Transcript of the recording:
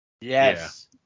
Yes